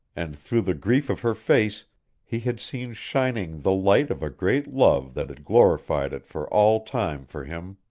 and through the grief of her face he had seen shining the light of a great love that had glorified it for all time for him.